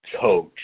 coach